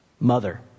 Mother